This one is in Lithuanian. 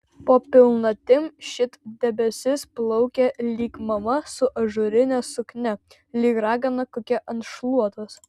po pilnatim šit debesis plaukė lyg mama su ažūrine suknia lyg ragana kokia ant šluotos